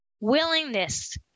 Willingness